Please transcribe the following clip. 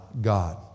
God